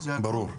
ברור.